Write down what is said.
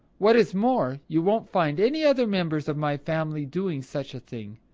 what is more, you won't find any other members of my family doing such a thing.